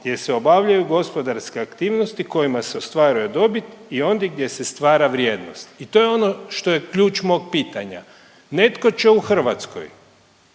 gdje se obavljaju gospodarske aktivnosti kojima se ostvaruje dobit i ondje gdje se stvara vrijednost i to je ono što je ključ mog pitanja. Netko će u Hrvatskoj